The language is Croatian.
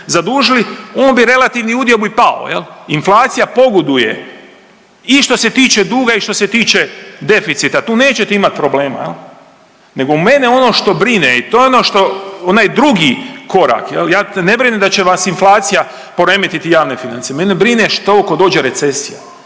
zadužili on bi, relativni udio bi pao. Inflacija pogoduje i što se tiče duga i što se tiče deficita, tu nećete imati problema, nego mene ono što brine i to je ono što onaj drugi korak, ja ne brinem da će vam inflacija poremetiti javne financije. Mene brine što ako dođe recesija?